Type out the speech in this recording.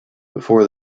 before